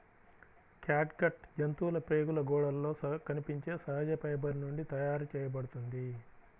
catgut జంతువుల ప్రేగుల గోడలలో కనిపించే సహజ ఫైబర్ నుండి తయారు చేయబడుతుంది